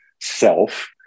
self